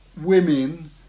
women